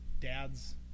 dads